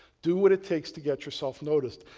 do what it takes to get yourself noticed.